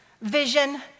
vision